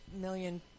million